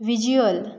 visual